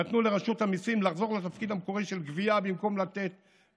נתנו לרשות המיסים לחזור לתפקיד המקורי של גבייה במקום לתת,